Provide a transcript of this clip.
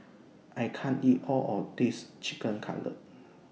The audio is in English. I can't eat All of This Chicken Cutlet